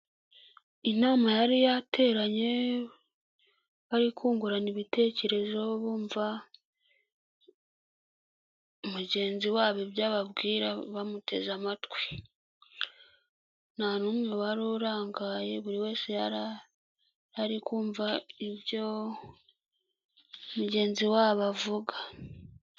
Inama yari yateranye bari kungurana ibitekerezo, bumva mugenzi wabo ibyo ababwira bamuteze amatwi. Nta n'umwe wari urangaye, buri wese yarahari kumva ibyo mugenzi wabo avuga.